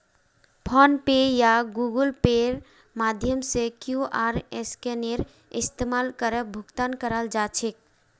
phone पे या Google पेर माध्यम से क्यूआर स्कैनेर इस्तमाल करे भुगतान कराल जा छेक